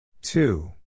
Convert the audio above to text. Two